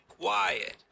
quiet